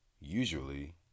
usually